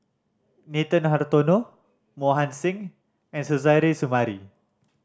Nathan Hartono Mohan Singh and Suzairhe Sumari